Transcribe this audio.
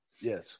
Yes